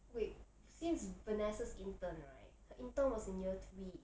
wait since vanessa's intern right her intern was in year three